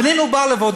אבל אם הוא בא לעבודה,